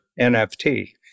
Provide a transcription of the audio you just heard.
NFT